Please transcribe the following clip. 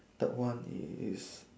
third one is